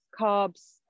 carbs